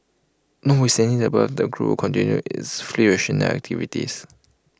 not with standing the above the group continue its fleet rationalisation activities